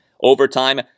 overtime